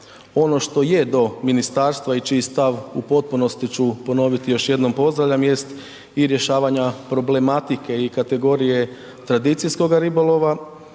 Ono što je do ministarstva i čiji stav u potpunosti ću ponoviti još jednom pozdravljam jest i rješavanja problematike i kategorije tradicijskoga ribolova,